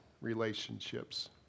relationships